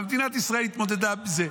ומדינת ישראל התמודדה עם זה.